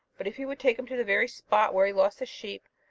but if he would take him to the very spot where he lost the sheep,